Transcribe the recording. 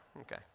okay